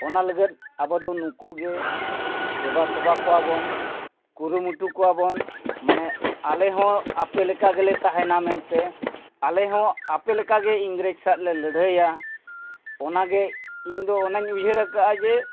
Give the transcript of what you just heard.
ᱚᱱᱟ ᱞᱟᱹᱜᱤᱫ ᱟᱵᱚ ᱫᱚ ᱱᱩᱠᱩ ᱜᱮ ᱫᱮᱵᱟ ᱥᱮᱵᱟ ᱠᱚᱣᱟ ᱵᱚᱱ ᱠᱩᱨᱩᱢᱩᱴᱩ ᱠᱚᱣᱟ ᱵᱚᱱ ᱢᱟᱱᱮ ᱟᱞᱮ ᱦᱚᱸ ᱟᱯᱮ ᱞᱮᱠᱟ ᱜᱮᱞᱮ ᱛᱟᱦᱮᱱᱟ ᱢᱮᱱᱛᱮ ᱟᱞᱮ ᱦᱚᱸ ᱟᱯᱮ ᱞᱮᱠᱟᱜᱮ ᱤᱝᱨᱮᱡᱽ ᱥᱟᱞᱟᱜ ᱞᱮ ᱞᱟᱹᱲᱦᱟᱹᱭᱟ ᱚᱱᱟ ᱜᱮ ᱤᱧᱫᱚ ᱚᱱᱟᱧ ᱩᱭᱦᱟᱹᱨ ᱟᱠᱟᱫᱟ ᱡᱮ